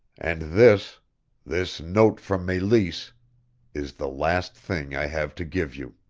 and this this note from meleese is the last thing i have to give you.